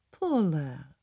Paula